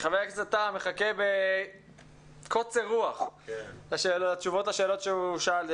חבר הכנסת טאהא מחכה בקוצר רוח לתשובות לשאלות שהוא שאל.